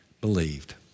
believed